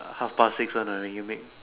uh half past six one uh when you make